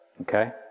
okay